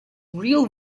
real